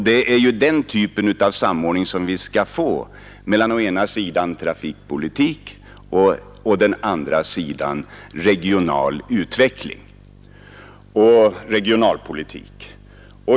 Det är ju den typen av samordning som vi skall få mellan å ena sidan trafikpolitik och å andra sidan regional utveckling och regional politik.